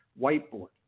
whiteboard